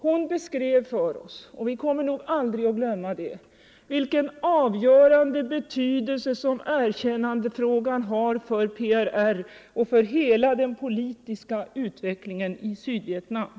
Hon beskrev för oss — och vi kommer nog aldrig att glömma det — vilken avgörande betydelse som erkännandefrågan har för PRR och för hela den politiska utvecklingen i Sydvietnam.